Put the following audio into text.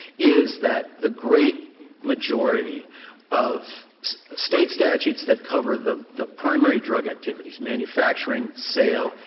is that the great majority of state statutes that cover the the primary drug activities manufacturing, sale,